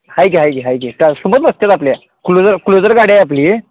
हाय की हाय की हाय की त्या सुमोत बसतात आपल्या क्लोजर क्लोजर गाडी आहे आपली